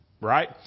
right